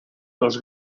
los